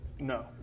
No